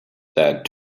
that